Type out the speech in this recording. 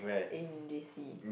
in J_C